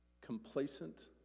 complacent